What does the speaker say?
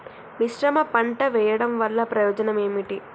మిశ్రమ పంట వెయ్యడం వల్ల ప్రయోజనం ఏమిటి?